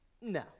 No